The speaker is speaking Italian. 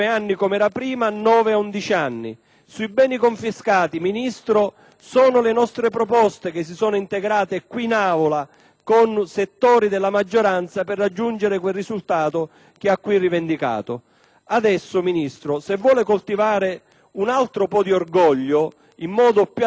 Sui beni confiscati, signor Ministro, sono le nostre proposte che si sono integrate in Aula con settori della maggioranza per raggiungere quel risultato che qui ha rivendicato. Adesso, se vuole coltivare un altro po' di orgoglio in modo più adeguato per fare un salto di qualità,